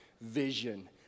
vision